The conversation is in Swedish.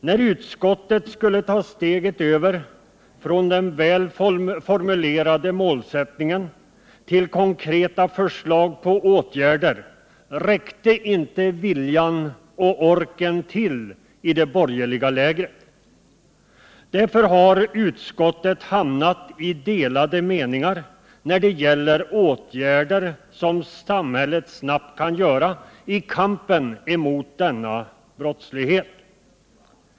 När utskottet skulle ta steget över från den väl formulerade målsättningen till konkreta förslag på åtgärder räckte inte viljan och orken till i det borgerliga lägret. Därför har utskottet hamnat i delade meningar när det gäller åtgärder som samhället snabbt kan vidta i kampen mot denna brottslighet.